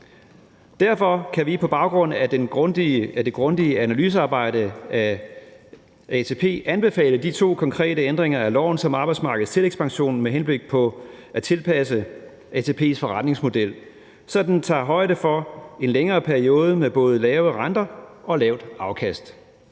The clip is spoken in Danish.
Derfor kan vi på baggrund af det grundige analysearbejde af ATP anbefale de to konkrete ændringer af loven om Arbejdsmarkedets Tillægspension med henblik på at tilpasse ATP's forretningsmodel, så den tager højde for en længere periode med både lave renter og lavt afkast.